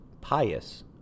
pious